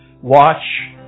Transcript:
Watch